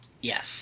Yes